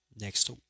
next